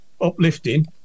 uplifting